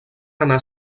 anar